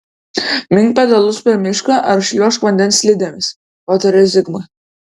mink pedalus per mišką ar šliuožk vandens slidėmis patarė zigmui